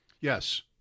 Yes